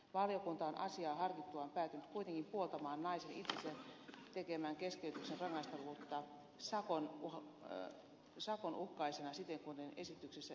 valiokunta on asiaa harkittuaan päätynyt kuitenkin puoltamaan naisen itsensä tekemän raskauden keskeyttämisen rangaistavuutta sakonuhkaisena siten kuin esityksessä esitetään